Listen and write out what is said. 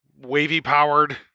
wavy-powered